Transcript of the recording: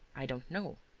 i don't know.